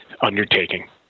undertaking